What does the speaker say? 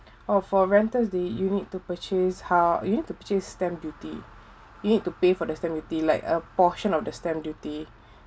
oh for renters do you need to purchase how you need to purchase stamp duty you need to pay for the stamp duty like a portion of the stamp duty